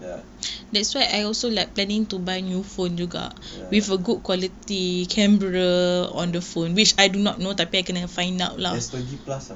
ya ya mm S twenty plus ah